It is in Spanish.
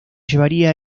llevaría